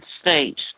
States